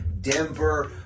Denver